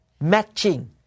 matching